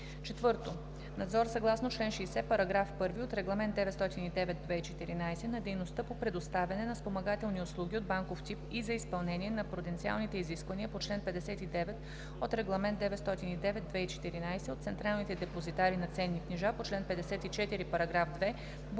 4. надзор съгласно чл. 60, параграф 1 от Регламент (ЕС) № 909/2014 на дейността по предоставяне на спомагателни услуги от банков тип и за изпълнение на пруденциалните изисквания по чл. 59 от Регламент (ЕС) № 909/2014 от централните депозитари на ценни книжа по чл. 54, параграф 2, буква